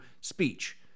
speech